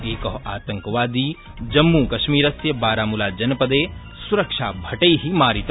एक आतंकवादी जम्मुकश्मीरस्य बारामुलाजनपदे सुरक्षाभटै मारित